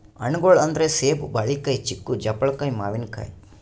ಹಣ್ಣ್ಗೊಳ್ ಅಂದ್ರ ಸೇಬ್, ಬಾಳಿಕಾಯಿ, ಚಿಕ್ಕು, ಜಾಪಳ್ಕಾಯಿ, ಮಾವಿನಕಾಯಿ